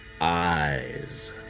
eyes